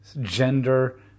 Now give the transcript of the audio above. gender